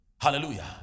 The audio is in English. Hallelujah